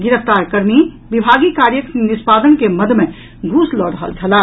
गिरफ्तार कर्मी विभागीय कार्यक निष्पादन के मद मे घूस लऽ रहल छलाह